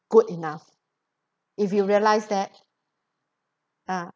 good enough if you realise that uh